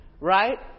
Right